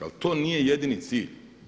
Ali to nije jedini cilj.